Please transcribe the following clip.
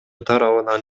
тарабынан